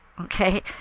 Okay